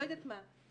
לא יודעת מה,